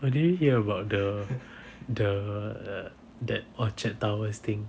but do you hear about the the that orchard towers thing